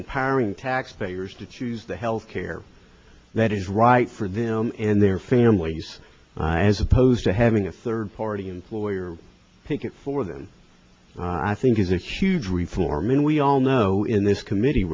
empowering taxpayers to choose the health care that is right for them and their families as opposed to having a third party employer pick it for them i think is a huge reform and we all know in this committee